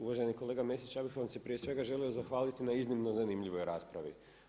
Uvaženi kolega Mesić, ja bih vam se prije svega želio zahvaliti na iznimno zanimljivoj raspravi.